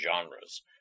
genres